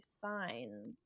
signs